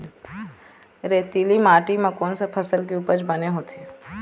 रेतीली माटी म कोन से फसल के उपज बने होथे?